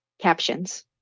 captions